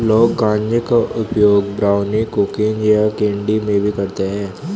लोग गांजे का उपयोग ब्राउनी, कुकीज़ या कैंडी में भी करते है